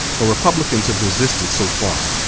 but republicans have resisted so far.